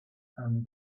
and